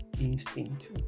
instinct